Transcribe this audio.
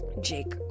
Jake